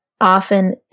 often